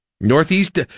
Northeast